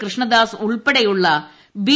കൃഷ്ണദാസ് ഉൾപ്പെടെയുള്ള ബി